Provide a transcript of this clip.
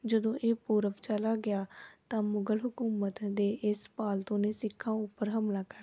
ਜਦੋਂ ਇਹ ਪੂਰਬ ਚਲਾ ਗਿਆ ਤਾਂ ਮੁਗਲ ਹਕੂਮਤ ਦੇ ਇਸ ਪਾਲਤੂ ਨੇ ਸਿੱਖਾਂ ਉੱਪਰ ਹਮਲਾ ਕਰ ਦਿੱਤਾ